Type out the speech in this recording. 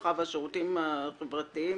הרווחה והשירותים החברתיים